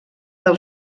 del